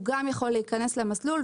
הוא גם יכול להיכנס למסלול,